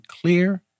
clear